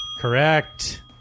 Correct